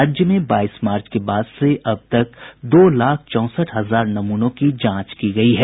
राज्य में बाईस मार्च के बाद से अब तक दो लाख चौंसठ हजार नमूनों की जांच की गयी है